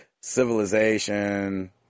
Civilization